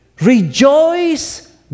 Rejoice